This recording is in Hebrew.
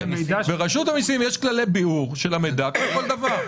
ברשות המיסים יש כללי ביעור של המידע כמו כל דבר.